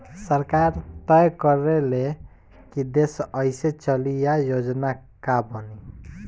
सरकार तय करे ले की देश कइसे चली आ योजना का बनी